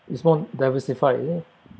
it's more diversified isn't it